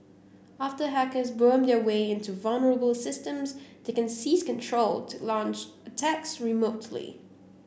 after hackers worm their way into vulnerable systems they can seize control to launch attacks remotely